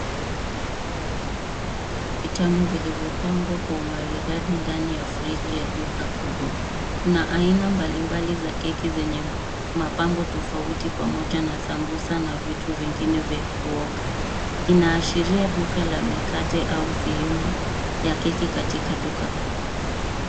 Vitamu vilivyopangwa kwa umaridadi ndani ya friji ya duka kubwa. Kuna aina mbalimbali za keki zenye mapambo tofauti pamoja na sambusa na vitu vingine vya kuoka. Inaashiria duka la mikate au sehemu ya keki katika duka kuu.